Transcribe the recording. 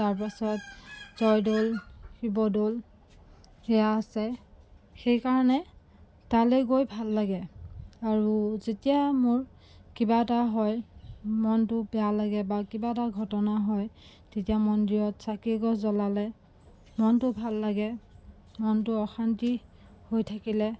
তাৰপাছত জয়দৌল শিৱদৌল সেয়া আছে সেইকাৰণে তালৈ গৈ ভাল লাগে আৰু যেতিয়া মোৰ কিবা এটা হয় মনটো বেয়া লাগে বা কিবা এটা ঘটনা হয় তেতিয়া মন্দিৰত চাকি এগছ জ্বলালে মনটো ভাল লাগে মনটো অশান্তি হৈ থাকিলে